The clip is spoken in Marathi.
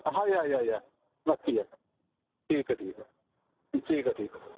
हां या या या नक्की या ठीके ठीक ठीकय ठीक